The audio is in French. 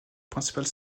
principale